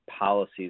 policies